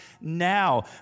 now